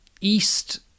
east